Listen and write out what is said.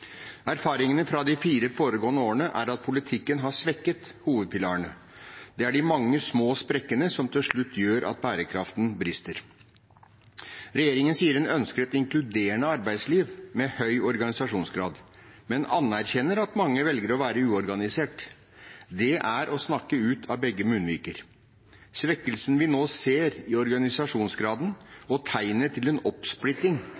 Erfaringene fra de fire foregående årene er at politikken har svekket hovedpilarene. Det er de mange små sprekkene som til slutt gjør at bærekraften brister. Regjeringen sier den ønsker et inkluderende arbeidsliv med høy organisasjonsgrad, men anerkjenner at mange velger å være uorganisert. Det er å snakke ut av begge munnviker. Svekkelsen vi nå ser i organisasjonsgraden og tegnene til en oppsplitting